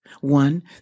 One